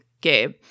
Gabe